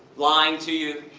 lying to you.